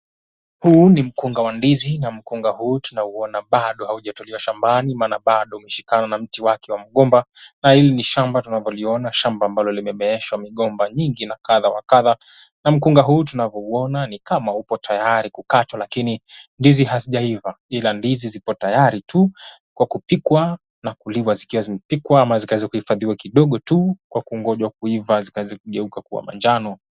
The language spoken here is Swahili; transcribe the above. Huu ni mkunga wa ndizi, na mkunga huu tunauona bado haujatolewa shambani, maana bado umeshikana na mti wake wa mgomba. Na hili ni shamba tunavyoliona, shamba ambalo limemeeshwa migomba nyingi na kadha wa kadha. Na mkunga huu tunavyouona ni kama upo tayari kukatwa lakini ndizi hazijaiva ila ndizi zipo tayari tu kwa kupikwa na kuliwa zikiwa zimepikwa ama zikaweza kuhifadhiwa kidogo tu kwa kungojwa kuiva zikaweze kugeuka kuwa manjano.